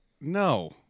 No